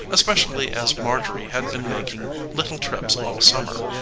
especially as marjorie had been making little trips all summer,